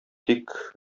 тик